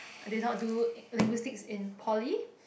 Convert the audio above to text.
I did not do in linguistics in poly